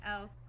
else